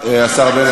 תודה, השר בנט.